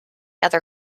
other